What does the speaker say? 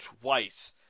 twice